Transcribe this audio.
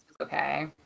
okay